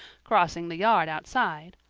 crossing the yard outside,